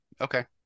Okay